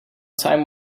time